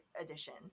edition